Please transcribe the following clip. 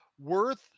worth